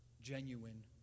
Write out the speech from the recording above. genuine